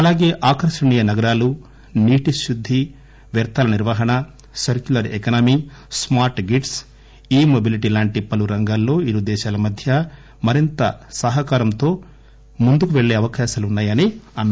అలాగే ఆకర్షణీయ నగరాలు నీటి శుద్ది వ్యర్ధాల నిర్వహణ circular economy smart grids e mobility లాంటి పలు రంగాల్లో ఇరు దేశాల మధ్య మరింత సహకారంతో ముందుకు పెళ్ళే అవకాశాలున్నా యని అన్నారు